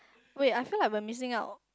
wait I feel like were missing out